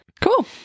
Cool